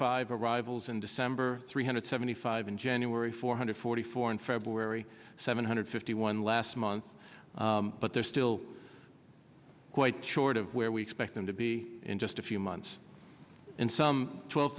five arrivals in december three hundred seventy five in january four hundred forty four in february seven hundred fifty one last month but they're still quite short of where we expect them to be in just a few months and some twelve